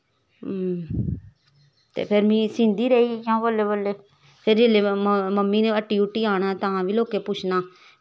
हां ते फिर में इयां सींदी रेही बल्लें बल्लें फिर जिसले मम्मी नै हट्टी हुट्टी आना तां बी लोकैं पुच्छना